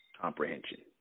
comprehension